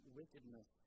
wickedness